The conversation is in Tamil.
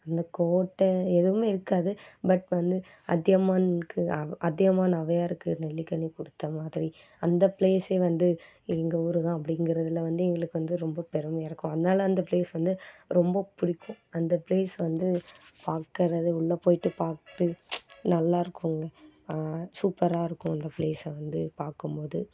இந்த கோட்டை எதுவும் இருக்காது பட் வந்து அதியமானுக்கு அதியமான் ஔவையாருக்கு நெல்லிக்கனி கொடுத்த மாதிரி அந்த பிளேஸே வந்து எங்கள் ஊர் தான் அப்படிங்கிறதுல வந்து எங்களுக்கு வந்து ரொம்ப பெருமையாக இருக்கும் அதனால அந்த பிளேஸ் வந்து ரொம்ப பிடிக்கும் அந்த பிளேஸ் வந்து பாக்கிறத உள்ளே போய்ட்டு பார்த்து நல்லாயிருக்கும் அங்கே சூப்பராக இருக்கும் அந்த பிளேஸை வந்து பார்க்கும்போது